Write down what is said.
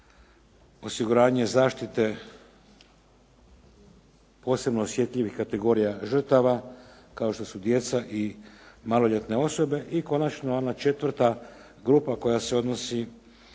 osiguranje zaštite posebno osjetljivih kategorija žrtava kao što su djeca i maloljetne osobe i konačno ona 4. grupa koja se odnosi